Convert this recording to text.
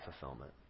fulfillment